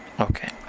Okay